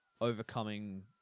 overcoming